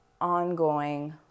ongoing